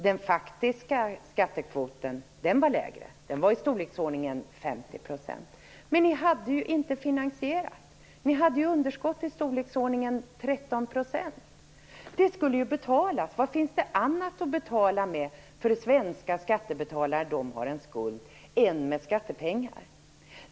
Den faktiska skattekvoten var lägre, i storleksordningen 50 %. Men ni hade ju inte finansierat det. Ni hade ju underskott i storleksordningen 13 %. Det skulle ju betalas. Vad finns det annat att betala med för svenska skattebetalare än skattepengar?